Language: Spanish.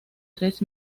tres